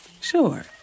Sure